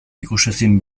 ikusezin